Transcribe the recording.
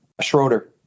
schroeder